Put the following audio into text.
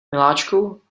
miláčku